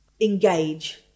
engage